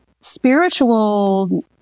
spiritual